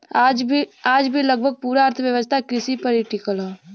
आज भी लगभग पूरा अर्थव्यवस्था कृषि पर ही टिकल हव